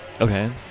okay